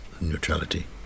neutrality